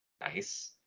Nice